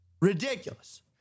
Ridiculous